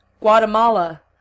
Guatemala